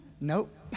Nope